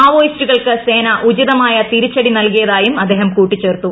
മാവോയിസ്റ്റുകൾക്ക് സേന ഉചിതമായ തിരിച്ചടി നൽകിയതായും അദ്ദേഹം കൂട്ടിച്ചേർത്തു